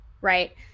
Right